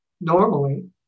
normally